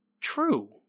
true